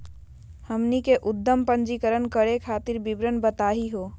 हमनी के उद्यम पंजीकरण करे खातीर विवरण बताही हो?